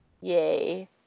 yay